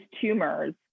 tumors